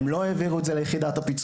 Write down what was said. הם לא העבירו את זה ליחידת הפיצו"ח,